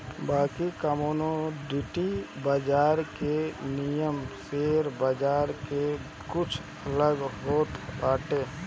बाकी कमोडिटी बाजार के नियम शेयर बाजार से कुछ अलग होत बाटे